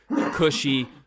cushy